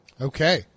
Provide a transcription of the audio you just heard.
Okay